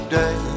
day